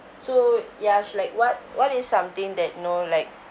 so Yash like what what is something that you know like